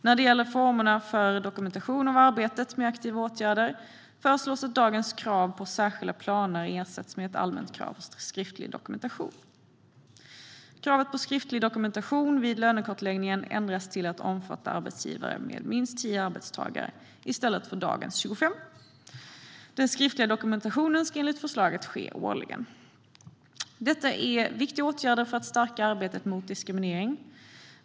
När det gäller formerna för dokumentation av arbetet med aktiva åtgärder föreslås att dagens krav på särskilda planer ersätts med ett allmänt krav på skriftlig dokumentation. Kravet på skriftlig dokumentation vid lönekartläggningen ändras till att omfatta arbetsgivare med minst 10 arbetstagare i stället för dagens 25. Den skriftliga dokumentationen ska enligt förslaget ske årligen. Detta är viktiga åtgärder för att stärka arbetet mot diskriminering.